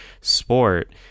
sport